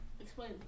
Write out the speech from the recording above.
Explain